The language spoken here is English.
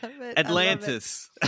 Atlantis